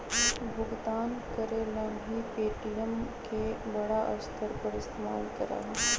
भुगतान करे ला भी पे.टी.एम के बड़ा स्तर पर इस्तेमाल करा हई